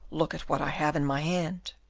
look at what i have in my hand.